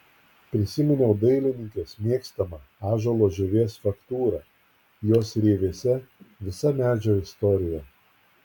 prisiminiau dailininkės mėgstamą ąžuolo žievės faktūrą jos rievėse visa medžio istorija